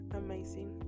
amazing